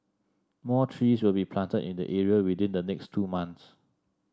more trees will be planted in the area within the next two months